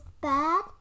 bad